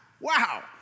Wow